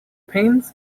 panes